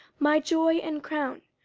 my joy and crown,